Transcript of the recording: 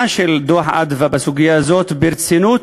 של דוח "מרכז אדוה" בסוגיה הזאת ברצינות,